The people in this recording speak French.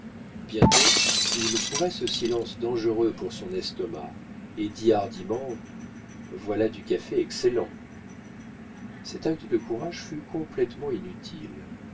bientôt il trouva ce silence dangereux pour son estomac et dit hardiment voilà du café excellent cet acte de courage fut complétement inutile